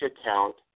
account